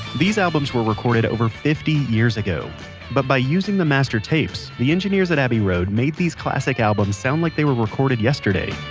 these albums were recorded over fifty years, but by using the master tapes, the engineers at abbey road made these classic albums sound like they were recorded yesterday